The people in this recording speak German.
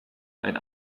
ein